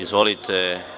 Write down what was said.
Izvolite.